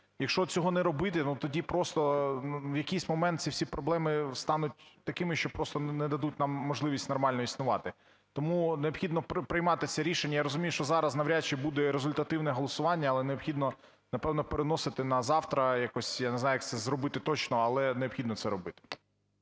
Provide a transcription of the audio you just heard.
Якщо цього не робити, ну, тоді просто в якійсь момент ці всі проблеми стануть такими, що просто не дадуть нам можливість нормально існувати. Тому необхідно приймати це рішення. Я розумію, що зараз навряд чи буде результативне голосування, але необхідно, напевно, переносити на завтра якось. Я не знаю, як це зробити точно, але необхідно це робити